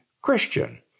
Christian